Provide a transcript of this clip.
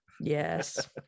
Yes